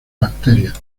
bacterias